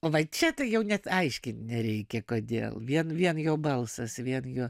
va čia tai jau net aiškint nereikia kodėl vien vien jo balsas vien jo